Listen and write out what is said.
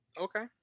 Okay